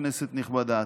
כנסת נכבדה,